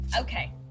Okay